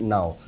Now